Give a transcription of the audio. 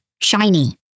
shiny